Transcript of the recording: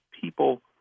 people